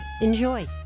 Enjoy